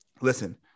listen